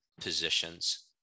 positions